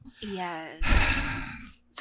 Yes